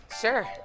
sure